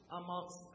amongst